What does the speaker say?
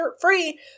free